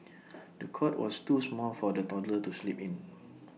the cot was too small for the toddler to sleep in